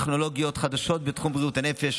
הטמעת טכנולוגיות חדשות בתחום בריאות הנפש,